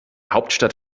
hauptstadt